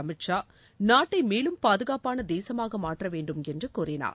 அமித்ஷா நாட்ளட மேலும் பாதுகாப்பான தேசமாக மாற்ற வேண்டும் என்று கூறினார்